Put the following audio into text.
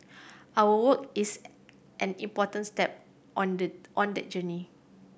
our work is an important step on the on that journey